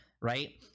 right